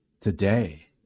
today